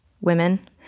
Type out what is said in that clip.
women